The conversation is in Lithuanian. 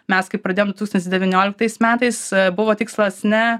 mes kai pradėjom du tūkstantis devynioliktais metais buvo tikslas ne